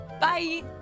Bye